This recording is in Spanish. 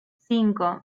cinco